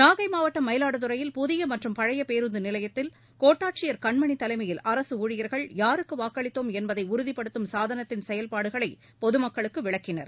நாகை மாவட்டம் மயிலாடுதுறையில் புதிய மற்றும் பழைய பேருந்து நிலையத்தில் கோட்டாட்சியர் கண்மணி தலைமையில் அரசு ஊழியர்கள் யாருக்கு வாக்களித்தோம் என்பதை உறுதிப்படுத்தும் சாதனத்தின் செயல்பாடுகளை பொதுமக்களுக்கு விளக்கினர்